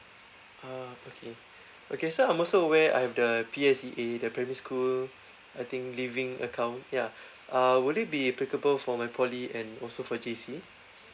ah okay okay so I'm also aware I have the P_S_E_A the primary school I think living account yeah uh would it be applicable for my poly and also for J_C